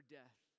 death